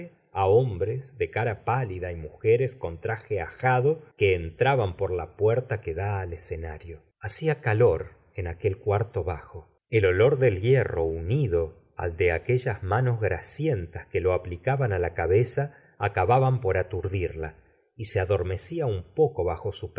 hombres de cara pálida y mujeres con traje ajado que entraban por la puerta que da al escenario hacia calor en aquel cuarto bajo el olor del hierro unido al de aquellas manos grasientas que lo aplicaban á la cabeza acababan por aturdirla y se adormecía un poco bajo su